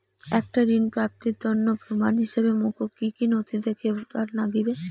একটা ঋণ প্রাপ্তির তন্ন প্রমাণ হিসাবে মোক কী কী নথি দেখেবার নাগিবে?